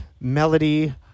Melody